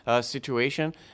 situation